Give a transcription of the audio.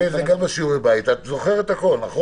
את זוכרת הכול, נכון?